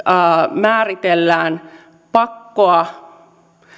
määritellään pakkoa